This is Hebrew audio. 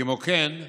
כמו כן,